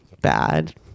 Bad